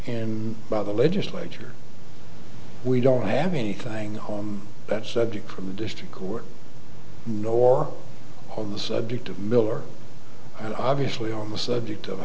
and by the legislature we don't have anything on that subject from the district court nor hold the subject of miller obviously on the subject of